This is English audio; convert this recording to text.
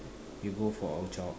you go for a jog